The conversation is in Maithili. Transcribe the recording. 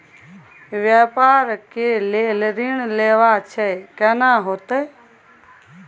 व्यापार के लेल ऋण लेबा छै केना होतै?